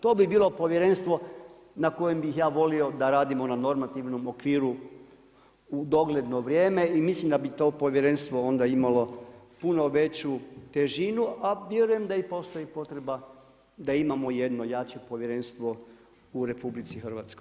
To bi bilo povjerenstvo na kojem bih ja volio da radimo na normativnom okviru u dogledno vrijeme i mislim da bi to povjerenstvo onda imalo puno veću težinu a vjerujem da i postoji potreba da imamo jedno jače povjerenstvo u RH.